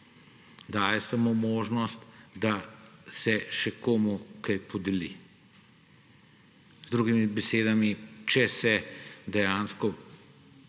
daje samo možnost, da se še komu kaj podeli. Z drugimi besedami, če se dejansko